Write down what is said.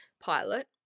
pilot